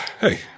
Hey